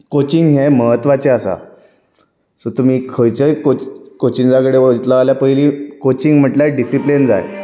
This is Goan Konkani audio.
कोचिंग हें म्हत्वाचे आसा सो तुमी खंयचेय कोचिंगा कडेन वयतलो जाल्यार पयलीं कोचिंग म्हणल्यार डिसीप्लीन जाय